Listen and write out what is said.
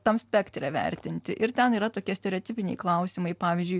tam spektre vertinti ir ten yra tokie stereotipiniai klausimai pavyzdžiui